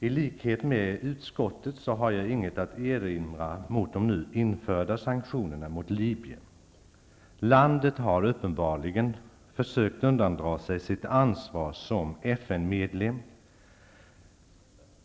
I likhet med utskottet har jag inget att erinra mot de nu införda sanktionerna mot Libyen. Landet har uppenbarligen försökt undandra sig sitt ansvar som FN-medlem.